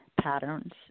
Patterns